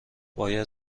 باید